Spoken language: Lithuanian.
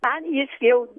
man jis jau